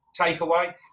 Takeaway